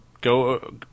go